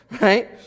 Right